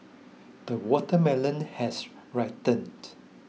the watermelon has ripened